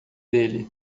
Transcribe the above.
dele